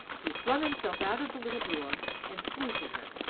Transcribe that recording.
he flung himself out of the little brougham and flew to her.